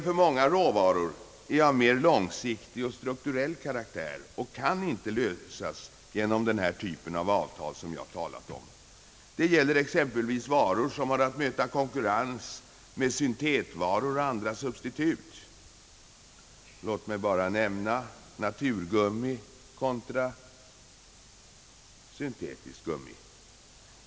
För många råvaror är problemet av mera långsiktig och strukturell karaktär, och det kan inte lösas med den typ av avtal som jag har talat om. Det gäller exempelvis varor som har att möta konkurrens med syntetvaror och andra substitut — låt mig bara nämna naturgummi contra syntetiskt gummi.